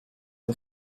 the